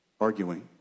arguing